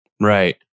Right